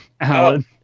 Alan